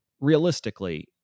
realistically